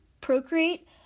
Procreate